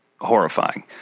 horrifying